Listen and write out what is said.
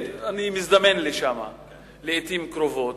אני מזדמן לשם לעתים קרובות.